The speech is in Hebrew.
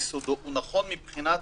בסדר,